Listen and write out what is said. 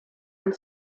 and